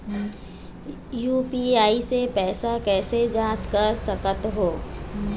UPI से पैसा कैसे जाँच कर सकत हो?